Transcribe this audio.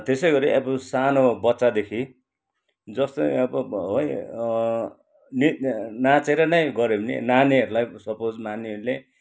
तेसै गरी आबो सानो बच्चादेखि जस्तै अब है नि नाँचेर नै गऱ्यो भने नानीहरूलाई सपोज नानीहरूले